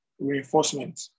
reinforcement